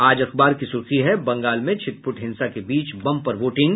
आज अखबार की सुर्खी है बंगाल में छिटपुट हिंसा के बीच बंपर वोटिंग